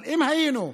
אבל אם היינו,